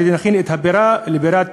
שנכין את הבירה לבירת